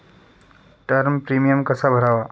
Term premium कसा भरावा?